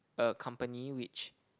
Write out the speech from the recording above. a company which